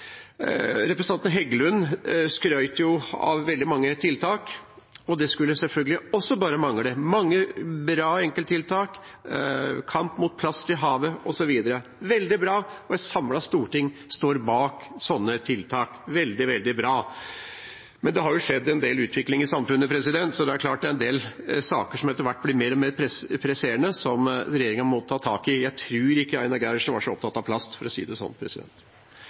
Det var mange bra enkelttiltak, kamp mot plast i havet osv. Det er veldig, veldig bra, og et samlet storting står bak sånne tiltak. Men det har jo skjedd en utvikling i samfunnet, og det er klart at det er en del saker som etter hvert blir mer og mer presserende, som regjeringen må ta tak i. Jeg tror ikke Einar Gerhardsen var så opptatt av plast, for å si det sånn.